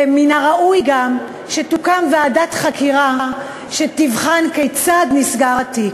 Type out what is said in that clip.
ומן הראוי גם שתוקם ועדת חקירה שתבחן כיצד נסגר התיק.